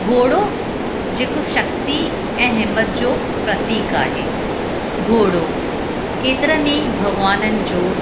घोड़ो जेको शक्ति ऐं हिम्मत जो प्रतिक आहे घोड़ो केतिरनि ई भॻवाननि जो